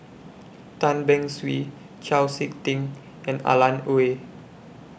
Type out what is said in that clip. Tan Beng Swee Chau Sik Ting and Alan Oei